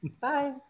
Bye